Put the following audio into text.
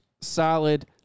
solid